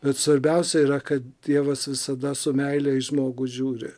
bet svarbiausia yra kad dievas visada su meile į žmogų žiūri